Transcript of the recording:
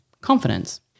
confidence